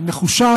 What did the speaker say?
היא נחושה